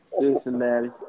Cincinnati